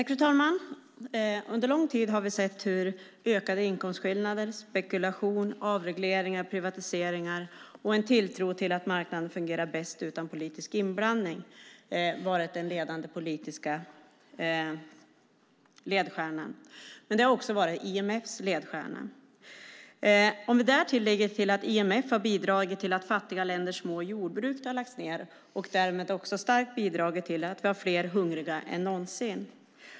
Fru talman! Under lång tid har vi sett hur ökade inkomstskillnader, spekulation, avregleringar, privatiseringar och en tilltro till att marknaden fungerar bäst utan politisk inblandning har varit den politiska ledstjärnan. Det har också varit IMF:s ledstjärna. Därtill kan vi lägga att IMF har bidragit till att fattiga länders små jordbruk har lagts ned och därmed också starkt bidragit till att vi har fler hungriga än någonsin.